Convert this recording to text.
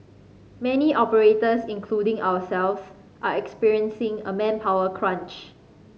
many operators including ourselves are experiencing a manpower crunch